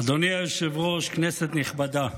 אדוני היושב-ראש, כנסת נכבדה,